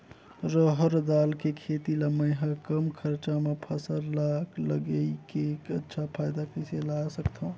रहर दाल के खेती ला मै ह कम खरचा मा फसल ला लगई के अच्छा फायदा कइसे ला सकथव?